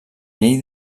llei